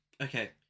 Okay